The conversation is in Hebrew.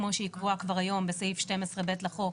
כמו שהיא קבועה כבר היום בסעיף 12 (ב') לחוק,